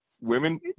Women